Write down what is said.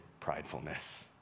pridefulness